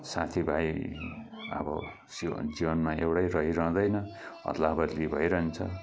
साथीभाइ आबो सिव जीवनमा एउडै रहिरहदैन अदला बदली भई रहन्छ